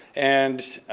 and